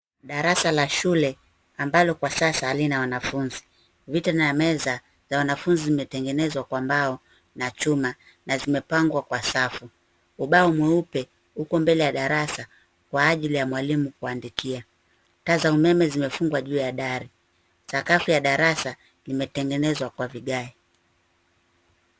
Darasa la shule, ambalo kwa sasa halina wanafunzi. Viti na meza za wanafunzi zimetengenezwa kwa mbao na chuma na zimepangwa kwa safu. Ubao mweupe uko mbele ya darasa kwa ajili ya mwalimu kuandikia. Taa za umeme zimefungwa juu ya dari. Sakafu ya darasa limetengenezwa kwa vigae.